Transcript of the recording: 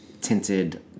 tinted